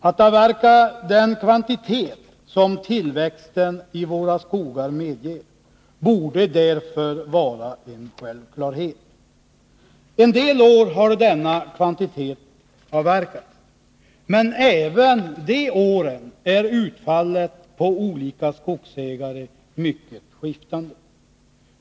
Att avverka den kvantitet som tillväxten i våra skogar medger borde därför vara en självklarhet. En del år har denna kvantitet avverkats, men även de åren är utfallet för olika skogsägare mycket skiftande.